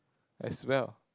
as well